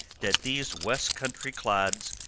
that these west country clods,